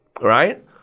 right